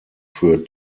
für